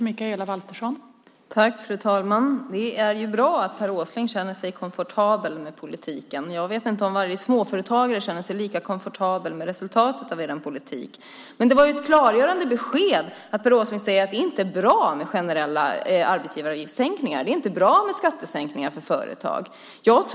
Fru talman! Det är bra att Per Åsling känner sig komfortabel med politiken. Jag vet inte om varje småföretagare känner sig lika komfortabel med resultatet av er politik. Det var ett klargörande besked när Per Åsling sade att det inte är bra med generella arbetsgivaravgiftssänkningar, att det inte är bra med skattesänkningar för företag.